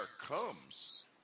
comes